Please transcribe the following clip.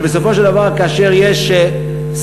כי בסופו של דבר כאשר יש שרפה,